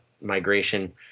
migration